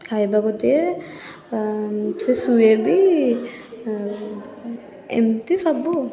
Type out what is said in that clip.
ଖାଇବାକୁ ଦିଏ ସେ ଶୁଏ ବି ଏମିତି ସବୁ